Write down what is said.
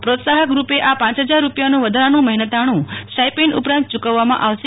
પ્રોત્સાહકરૂપે આ પ હજાર રૂપિયાનું વધારાનું મહેનતાણું સ્ટાઈપેન્ડ ઉપરાંત ચુકવવામાં આવશે